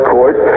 Court